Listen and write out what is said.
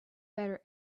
better